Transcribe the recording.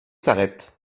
s’arrête